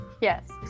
Yes